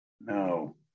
No